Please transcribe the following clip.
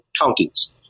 counties